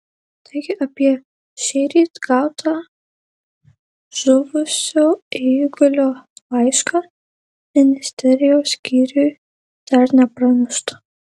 taigi apie šįryt gautą žuvusio eigulio laišką ministerijos skyriui dar nepranešta